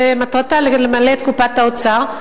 ומטרתה למלא את קופת האוצר,